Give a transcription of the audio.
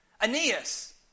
Aeneas